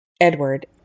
Edward